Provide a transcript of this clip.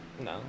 No